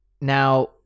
Now